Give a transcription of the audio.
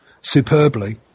superbly